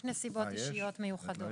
יש נסיבות אישיות מיוחדות.